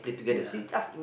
ya